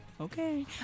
Okay